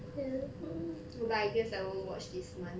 ya but I guess I won't watch this month